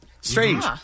Strange